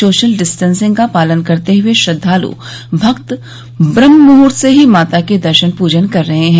social distancing का पालन करते हुए श्रद्दाल् भक्त ब्रम्हमुहूर्त से माता के दर्शन पूजन कर रहे हैं